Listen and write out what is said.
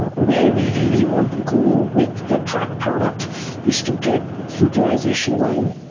where we really want to go with the track product is to get utilization going.